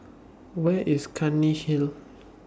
Where IS Clunny Hill